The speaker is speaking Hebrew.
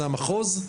זה המחוז?